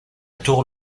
tour